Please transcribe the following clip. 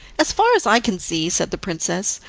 as far as i can see, said the princess,